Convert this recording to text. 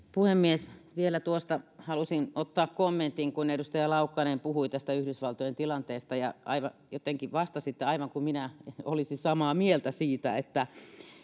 puhemies vielä tuosta halusin ottaa kommentin kun edustaja laukkanen puhui tästä yhdysvaltojen tilanteesta ja jotenkin vastasitte aivan kuin minä olisin samaa mieltä siitä että